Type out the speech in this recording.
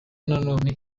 nanone